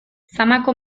samako